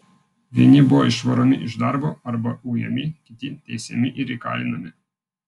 vieni buvo išvaromi iš darbo arba ujami kiti teisiami ir įkalinami